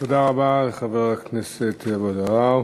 תודה רבה לחבר הכנסת אבו עראר.